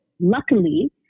Luckily